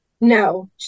No